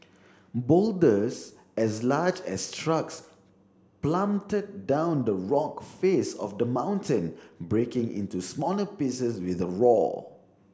boulders as large as trucks plummeted down the rock face of the mountain breaking into smaller pieces with a roar